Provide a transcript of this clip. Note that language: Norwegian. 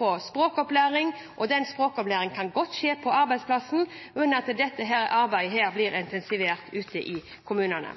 få språkopplæring – og den språkopplæringen kan godt skje på arbeidsplassen – og at dette arbeidet blir intensivert ute i kommunene.